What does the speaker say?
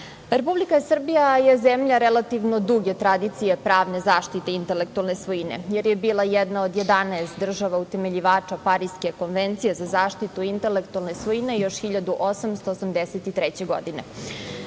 detaljima. Republika Srbija je zemlja relativno duge tradicije, pravne zaštite intelektualne svojine, jer je bila jedna od 11 država, utemeljivača Pariske konvencije za zaštitu intelektualne svojine, još 1883. godine.